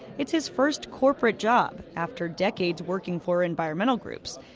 it's his first corporate job, after decades working for environmental groups.